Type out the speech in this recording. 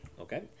Okay